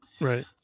Right